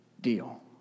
deal